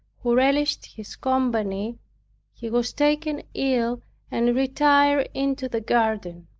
who relished his company, he was taken ill and retired into the garden.